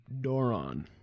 Doron